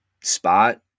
spot